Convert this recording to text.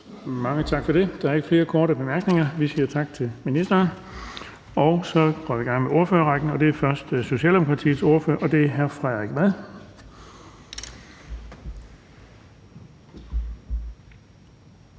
Mange tak for det. Der ikke flere korte bemærkninger, så vi siger tak til ministeren. Så kan vi gå i gang med ordførerrækken, og det er først Socialdemokratiets ordfører, hr. Frederik Vad.